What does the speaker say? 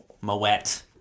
Moet